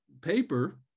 paper